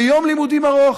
ביום לימודים ארוך.